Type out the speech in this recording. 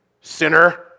sinner